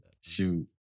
Shoot